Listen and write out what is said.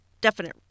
definite